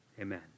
Amen